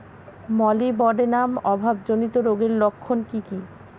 Molybdenum অভাবজনিত রোগের লক্ষণ কি কি?